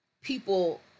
people